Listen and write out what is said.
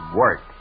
work